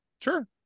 Sure